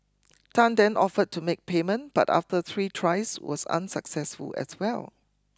Tan then offered to make payment but after three tries was unsuccessful as well